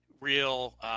real